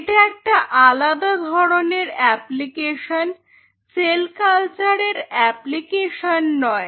এটা একটা আলাদা ধরনের অ্যাপ্লিকেশন সেল কালচারের অ্যাপ্লিকেশন নয়